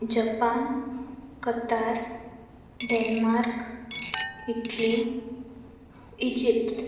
Japan Qatar Denmark Italy Egypt